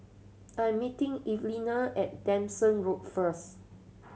I am meeting Evelina at Nanson Road first